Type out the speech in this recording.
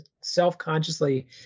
self-consciously